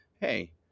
hey